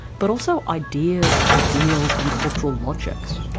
but also ideas, ideals and cultural logics?